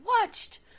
watched